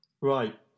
Right